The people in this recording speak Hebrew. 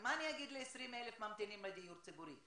מה אני אגיד ל-20,000 ממתינים בדיור הציבורי,